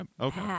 Okay